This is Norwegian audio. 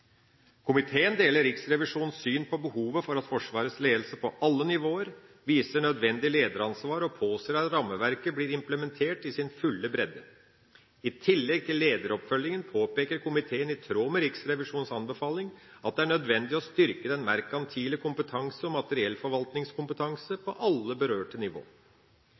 Komiteen deler Riksrevisjonens syn på behovet for at Forsvarets ledelse – på alle nivåer – viser nødvendig lederansvar og påser at rammeverket blir implementert i sin fulle bredde. I tillegg til lederoppfølging påpeker komiteen, i tråd med Riksrevisjonens anbefaling, at det er nødvendig å styrke den merkantile kompetanse og materiellforvaltningskompetanse på alle berørte nivå.